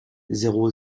zéro